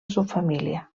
subfamília